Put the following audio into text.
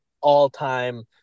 all-time